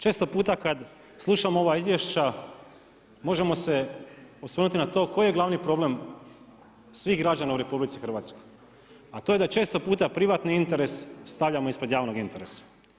Često puta kad slušam ova izvješća možemo se osvrnuti na to koji je glavni problem svih građana u RH, a to je da često puta privatni interes stavljamo ispred javnog interesa.